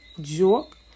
joke